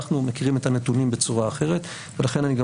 אנחנו מכירים את הנתונים בצורה אחרת ולכן אני גם